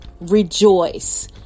rejoice